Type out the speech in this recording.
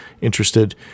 interested